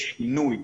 יש שינוי.